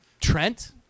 Trent